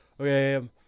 okay